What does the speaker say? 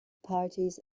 parties